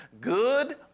good